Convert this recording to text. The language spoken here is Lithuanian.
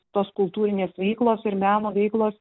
tos kultūrinės veiklos ir meno veiklos